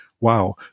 wow